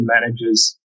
managers